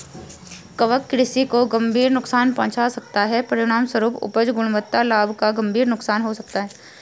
कवक कृषि को गंभीर नुकसान पहुंचा सकता है, परिणामस्वरूप उपज, गुणवत्ता, लाभ का गंभीर नुकसान हो सकता है